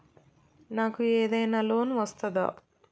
నాకు ఏదైనా లోన్ వస్తదా?